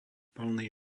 plný